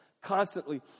constantly